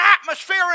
atmosphere